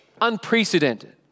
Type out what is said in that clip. unprecedented